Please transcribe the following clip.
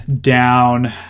down